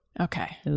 Okay